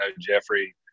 Jeffrey